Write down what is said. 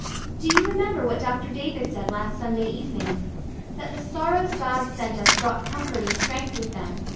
do you remember what dr. davis said last sunday evening that the sorrows god sent us brought comfort and strength with them,